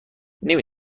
نمی